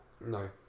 No